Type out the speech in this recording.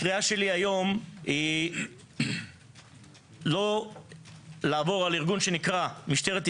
הקריאה שלי היום היא לא עבור על ארגון שנקרא משטרת ישראל,